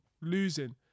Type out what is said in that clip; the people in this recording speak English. losing